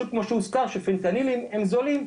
מהסיבה הפשוטה, כמו שהוזכר שהפנטנילים הם זולים,